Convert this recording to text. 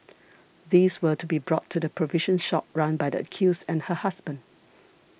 these were to be brought to the provision shop run by the accused and her husband